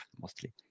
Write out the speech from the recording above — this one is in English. mostly